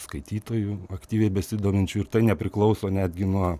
skaitytojų aktyviai besidominčių ir tai nepriklauso netgi nuo